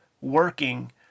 working